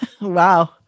Wow